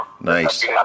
nice